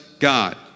God